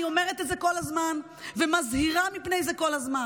אני אומרת את זה כל הזמן ומזהירה מפני זה כל הזמן.